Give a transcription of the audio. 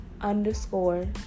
underscore